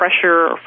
pressure